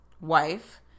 wife